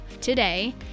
today